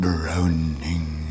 Browning